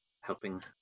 helping